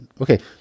Okay